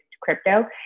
crypto